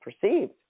perceived